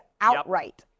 outright